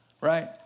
right